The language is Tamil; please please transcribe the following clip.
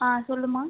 ஆன் சொல்லுமா